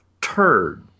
turd